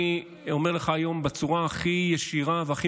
אני אומר לך היום בצורה הכי ישירה והכי